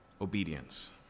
obedience